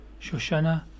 Shoshana